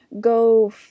go